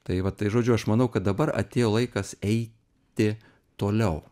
tai vat tai žodžiu aš manau kad dabar atėjo laikas eiti toliau